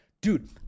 dude